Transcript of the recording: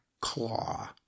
claw